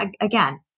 again